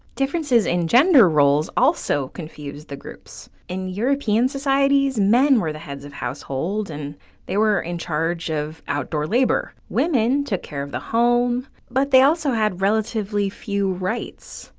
differences in gender roles also confused the groups. in european societies, men were the heads of household and they were in charge of outdoor labor. women took care of the home but they also have relatively few rights.